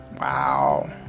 Wow